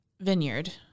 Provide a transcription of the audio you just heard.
Vineyard